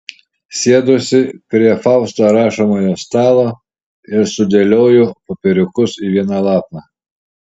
sėduosi prie fausto rašomojo stalo ir sudėlioju popieriukus į vieną lapą